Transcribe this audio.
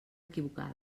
equivocada